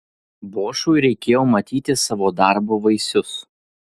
bošui reikėjo matyti savo darbo vaisius